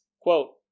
quote